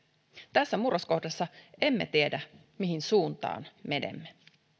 tässä murroskohdassa emme tiedä mihin suuntaan menemme